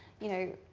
you know,